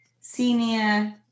senior